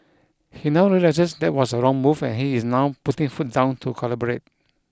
he now realises that was a wrong move and he is now putting foot down to collaborate